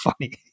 funny